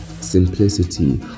simplicity